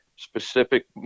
specific